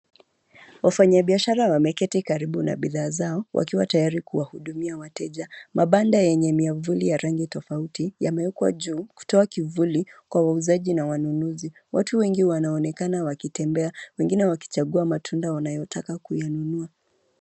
Wafanyabiashara wameketi karibu na bidhaa zao wakiwa tayari kuwahudumia wateja, mabanda yenye miavuli ya rangi tofauti yamewekwa juu kutoa kivuli kwa wauzaji na wanunuzi. Watu wengi wanaonekana wakitembea wengine wakichagua matunda wanayotaka kuyanunua.